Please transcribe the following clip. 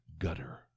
gutter